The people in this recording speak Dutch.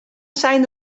zijn